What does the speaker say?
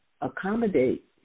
accommodate